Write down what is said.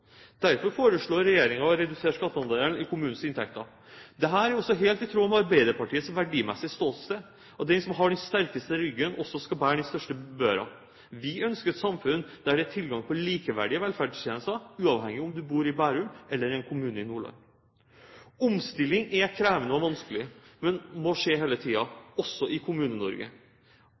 Derfor foreslår regjeringen å redusere skatteandelen i kommunenes inntekter. Dette er også helt i tråd med Arbeiderpartiets verdimessige ståsted, at den som har den sterkeste ryggen også skal bære den største børa. Vi ønsker et samfunn der det er tilgang på likeverdige velferdstjenester, uavhengig om du bor i Bærum eller i en kommune i Nordland. Omstilling er krevende og vanskelig, men må skje hele tiden, også i